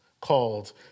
called